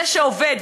זה שעובד,